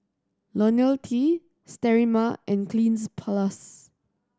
Ionil T Sterimar and Cleanz Plus